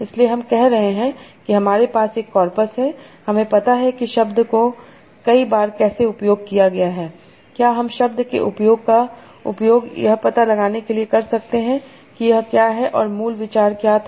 इसलिए हम कह रहे हैं कि हमारे पास एक कॉर्पस है हमें पता है कि शब्द को कई बार कैसे उपयोग किया गया है क्या हम शब्द के उपयोग का उपयोग यह पता लगाने के लिए कर सकते हैं कि यह क्या है और यह मूल विचार क्या था